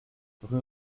rue